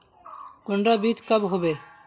कुंडा बीज कब होबे?